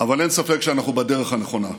אבל אין ספק שאנחנו בדרך הנכונה,